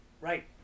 Right